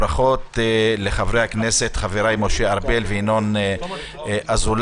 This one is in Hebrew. ברכות לחברי הכנסת, חבריי משה ארבל וינון אזולאי.